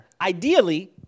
ideally